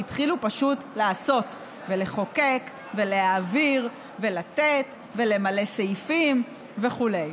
והתחילו פשוט לעשות ולחוקק ולהעביר ולתת ולמלא סעיפים וכו'.